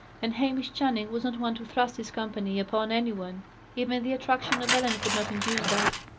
and hamish channing was not one to thrust his company upon any one even the attraction of ellen could not induce that.